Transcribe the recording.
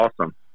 Awesome